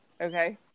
Okay